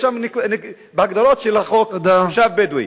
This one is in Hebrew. יש שם בהגדרות של החוק תושב בדואי.